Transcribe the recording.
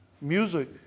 music